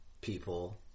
people